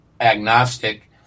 agnostic